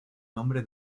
nombre